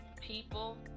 people